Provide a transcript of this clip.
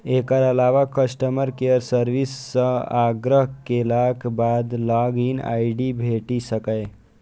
एकर अलावा customer care service सं आग्रह केलाक बाद लॉग इन आई.डी भेटि सकैए